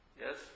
Yes